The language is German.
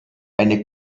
eine